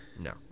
No